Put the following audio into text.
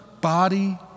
body